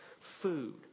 food